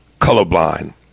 colorblind